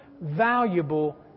valuable